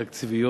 תקציביות,